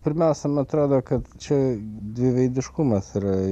pirmiausia man atrodo kad čia dviveidiškumas yra